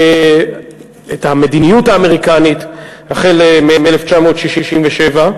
את המדיניות האמריקנית מאז 1967,